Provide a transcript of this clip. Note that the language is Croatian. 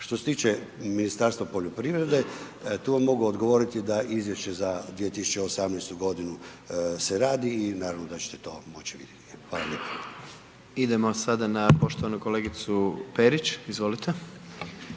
Što se tiče Ministarstva poljoprivrede, tu vam mogu odgovoriti da izvješće za 2018. g. se radi i naravno da ćete to ćete to moći vidjeti. Hvala lijepo. **Jandroković, Gordan (HDZ)** Idemo sada na poštovanu kolegicu Perić, izvolite.